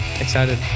Excited